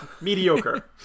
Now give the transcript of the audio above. Mediocre